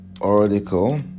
article